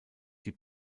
die